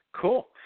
cool